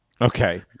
Okay